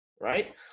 right